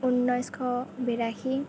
ঊনৈছশ বিৰাশী